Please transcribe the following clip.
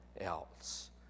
else